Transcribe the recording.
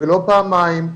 ולא פעמיים,